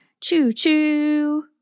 choo-choo